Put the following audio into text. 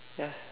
ya